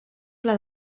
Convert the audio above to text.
pla